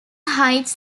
heights